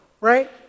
Right